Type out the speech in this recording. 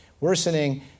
worsening